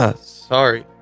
sorry